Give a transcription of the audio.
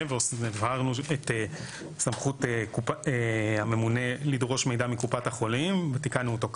והבהרנו את סמכות הממונה לדרוש מידע מקופת החולים ותיקנו אותו כך,